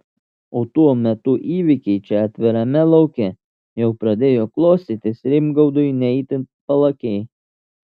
o tuo metu įvykiai čia atvirame lauke jau pradėjo klostytis rimgaudui ne itin palankiai